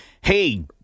hey